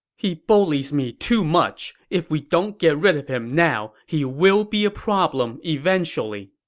he bullies me too much! if we don't get rid of him now, he will be a problem eventually.